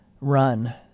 run